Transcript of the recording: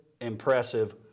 impressive